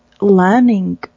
learning